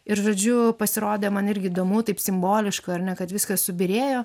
ir žodžiu pasirodė man irgi įdomu taip simboliška ar ne kad viskas subyrėjo